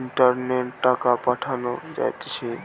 ইন্টারনেটে টাকা পাঠানো যাইতেছে